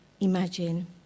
imagine